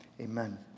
Amen